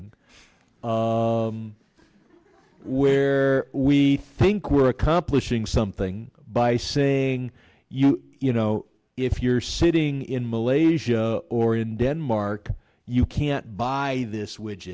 ing where we think we're accomplishing something by saying you you know if you're sitting in malaysia or in denmark you can't buy this